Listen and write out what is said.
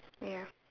ya